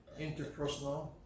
interpersonal